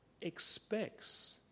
expects